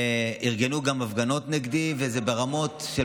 ארגנו גם הפגנות נגדי, וזה ברמות של